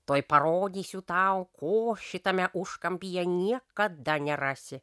tuoj parodysiu tau ko šitame užkampyje niekada nerasi